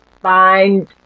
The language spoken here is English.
Find